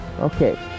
Okay